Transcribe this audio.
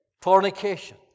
fornication